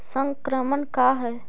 संक्रमण का है?